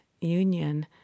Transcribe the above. union